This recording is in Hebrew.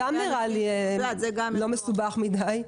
נראה לי לא מסובך מדי.